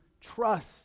trust